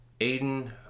Aiden